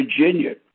Virginia